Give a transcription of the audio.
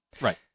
right